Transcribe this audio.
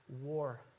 war